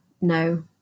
no